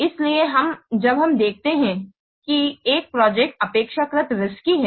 इसलिए जब हम देखते हैं कि एक प्रोजेक्ट अपेक्षाकृत रिस्की है